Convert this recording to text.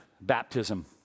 baptism